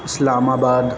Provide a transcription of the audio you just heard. اسلام آباد